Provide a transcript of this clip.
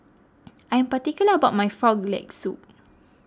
I am particular about my Frog Leg Soup